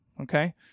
Okay